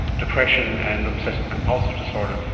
depression and obsessive compulsive disorder.